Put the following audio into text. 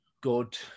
good